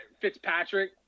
Fitzpatrick